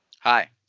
Hi